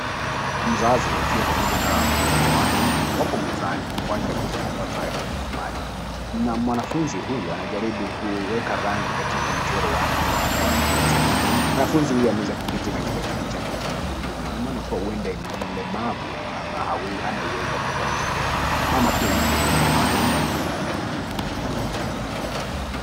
Mzazi akiwa pamoja na mtoto wake, wapo mezani kwa ajili ya kuweza kupata elimu fulani na mwanafunzi huyu anajaribu kuweka rangi katika mchoro wake ambayo alikuwa amepatiwa. Mwanafunzi huyu ameweza kuketi katika kiti chake cha magurudumu. Ina maana kuwa, huenda ni mlemavu ama hana uwezo wa kuweza kutembea. Mama pia yupo pale kwa ajili ya maandalizi mengine.